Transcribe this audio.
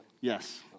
Yes